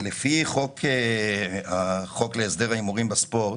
לפי החוק להסדר ההימורים בספורט,